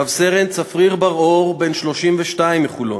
רב-סרן צפריר בר-אור, בן 32, מחולון,